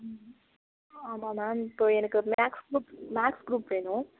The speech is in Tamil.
ம் ஆமாம் மேம் இப்போ எனக்கு மேக்ஸ் க்ரூப் மேக்ஸ் க்ரூப் வேணும்